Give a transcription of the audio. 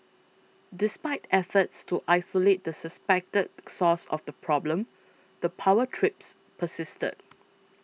despite efforts to isolate the suspected source of the problem the power trips persisted